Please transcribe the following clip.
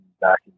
back